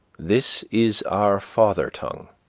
this is our father tongue,